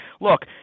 look